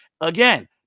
Again